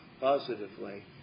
positively